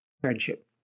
friendship